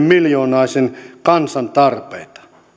miljoonaisen kansan tarpeita